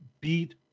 beat